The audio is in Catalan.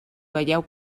veieu